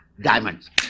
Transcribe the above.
diamonds